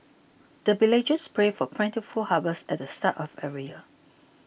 the villagers pray for plentiful harvest at the start of every year